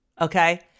okay